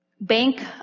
bank